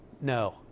No